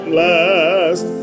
last